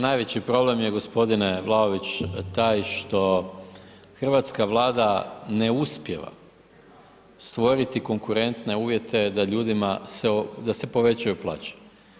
Najveći problem je gospodine Vlaović taj što hrvatska vlada ne uspijeva stvoriti konkurente uvjete, da ljudima se povećaju plaće.